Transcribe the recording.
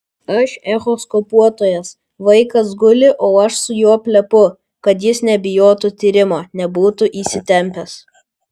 aš echoskopuotojas vaikas guli o aš su juo plepu kad jis nebijotų tyrimo nebūtų įsitempęs